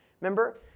Remember